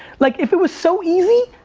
like if it was so easy,